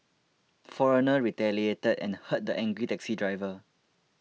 foreigner retaliated and hurt the angry taxi diver